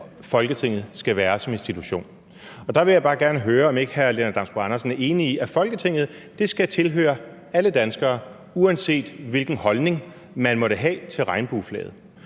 Folketinget skal være som institution. Der vil jeg bare gerne høre, om ikke hr. Lennart Damsbo-Andersen er enig i, at Folketinget skal tilhøre alle danskere, uanset hvilken holdning man måtte have til regnbueflaget.